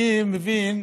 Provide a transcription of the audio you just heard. אני מבין,